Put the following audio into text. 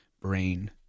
brain